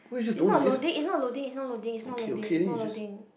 its not loading its not loading its not loading its not loading its not loading